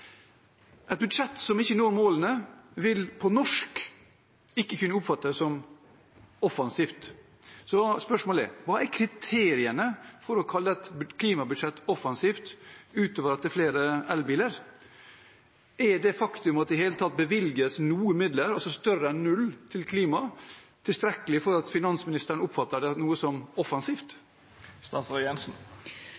Et budsjett som ikke når målene, vil på norsk ikke kunne oppfattes som offensivt, så spørsmålet er: Hva er kriteriene for å kalle et klimabudsjett «offensivt», utover at det er flere elbiler? Er det faktum at det i det hele tatt bevilges noen midler – altså flere enn null – til klimaet, tilstrekkelig for at finansministeren oppfatter noe som offensivt?